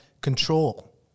control